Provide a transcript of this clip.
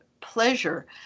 pleasure